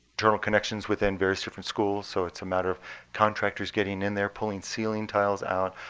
internal connections within various different schools, so it's a matter of contractors getting in there, pulling ceiling tiles out,